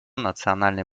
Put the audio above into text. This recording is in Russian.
национальный